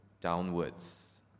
downwards